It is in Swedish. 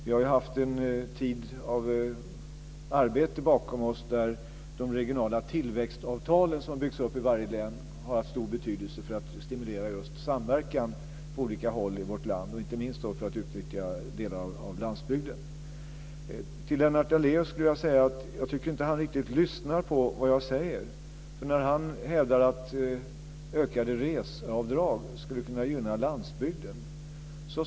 Vi har ju haft en tid av arbete bakom oss där de regionala tillväxtavtalen, som har byggts upp i varje län, har haft stor betydelse för att stimulera just samverkan på olika håll i vårt land, inte minst för att utnyttja delar av landsbygden. Till Lennart Daléus skulle jag vilja säga att jag tycker att han inte riktigt lyssnar på vad jag säger. Han hävdar att ökade reseavdrag skulle gynna landsbygden.